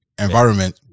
environment